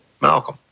Malcolm